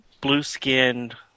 blue-skinned